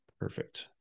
perfect